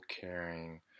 caring